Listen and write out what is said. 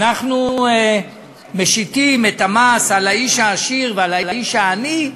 אנחנו משיתים את המס על האיש העשיר ועל האיש העני,